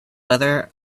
whether